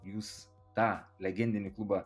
jūs tą legendinį klubą